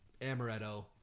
amaretto